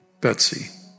Betsy